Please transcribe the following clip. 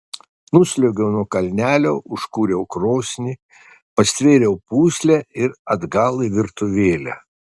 nusliuogiau nuo kalnelio užkūriau krosnį pastvėriau pūslę ir atgal į virtuvėlę